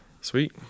sweet